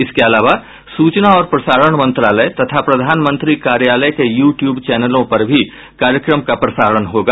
इसके अलावा सूचना और प्रसारण मंत्रालय तथा प्रधानमंत्री कार्यालय के यू ट्यूब चैनलों पर भी कार्यक्रम का प्रसारण होगा